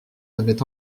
avait